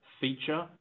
Feature